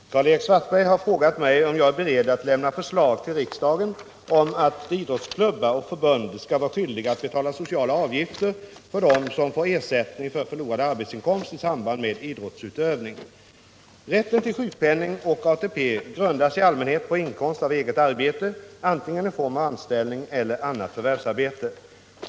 Herr talman! Karl-Erik Svartberg har frågat mig om jag är beredd att lämna förslag till riksdagen om att idrottsklubbar och förbund skall vara skyldiga att betala sociala avgifter för dem som får ersättning för förlorad arbetsinkomst i samband med idrottsutövning. Rätten till sjukpenning och ATP grundas i allmänhet på inkomst av eget arbete i form av antingen anställning eller annat förvärvsarbete.